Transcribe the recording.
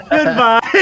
Goodbye